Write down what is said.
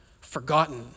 forgotten